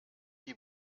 die